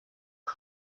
you